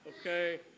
Okay